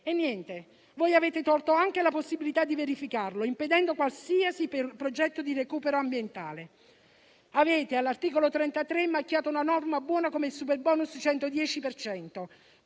l'ambiente. Ma voi avete tolto anche la possibilità di verificarlo, impedendo qualsiasi progetto di recupero ambientale. All'articolo 33 avete macchiato una norma buona come il superbonus 110